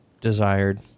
desired